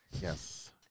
Yes